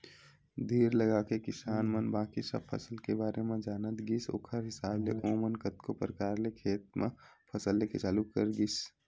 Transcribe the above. धीर लगाके किसान मन बाकी सब फसल के बारे म जानत गिस ओखर हिसाब ले ओमन कतको परकार ले खेत म फसल लेके चालू करत गिस